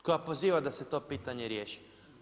Koja poziva da se to pitanje riješi.